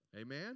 Amen